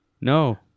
No